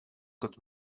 could